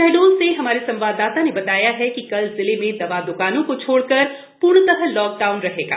शहडोल से हमारे संवाददाता ने बताया है कि कल जिले में दवा द्कानों को छोड़कर पूर्णतः लॉकडाउन रहेगा